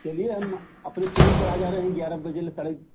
चलिए हम अपने क्लिनिक पर आ जा रहें है ग्यारह बजे ल साढ़े